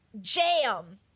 jam